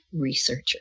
researcher